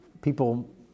people